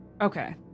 okay